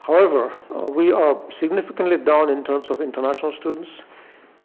however we are significantly down in terms of international students